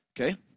Okay